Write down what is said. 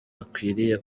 akwiriye